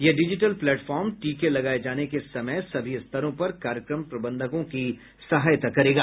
यह digital platform टीके लगाए जाने के समय सभी स्तरों पर कार्यक्रम प्रबंधकों की सहायता करेगा